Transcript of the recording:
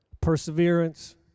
Perseverance